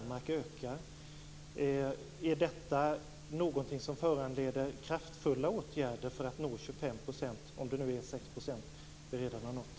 I Danmark ökar den. Är detta någonting som föranleder kraftfulla åtgärder för att vi skall nå en minskning med 25 %, om det nu är 6 % som vi har nått?